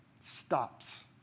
stops